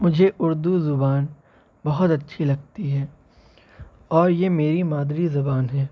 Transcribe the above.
مجھے اردو زبان بہت اچھی لگتی ہے اور یہ میری مادری زبان ہے